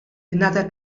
another